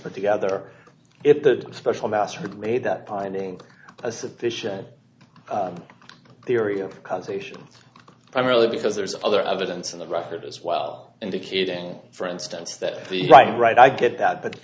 put together if the special master had made that pining for a sufficient theory of conservation primarily because there's other evidence in the record as well indicating for instance that the right right i get that but